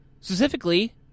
specifically